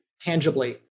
tangibly